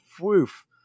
Woof